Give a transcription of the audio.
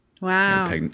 wow